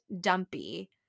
dumpy